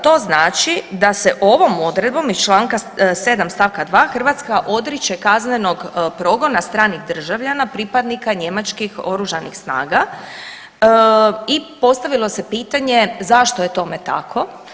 To znači da se ovom odredbom iz članka 7. stavka 2. Hrvatska odriče kaznenog progona stranih državljana pripadnika njemačkih Oružanih snaga i postavilo se pitanje zašto je tome tako.